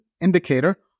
indicator